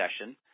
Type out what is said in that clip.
session